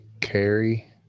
carry